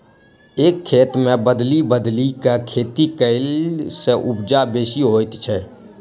एक खेत मे बदलि बदलि क खेती कयला सॅ उपजा बेसी होइत छै